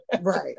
Right